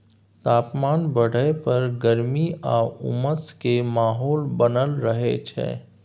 तापमान बढ़य पर गर्मी आ उमस के माहौल बनल रहय छइ